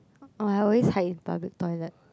I always hide in public toilet